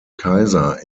kaiser